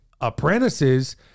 apprentices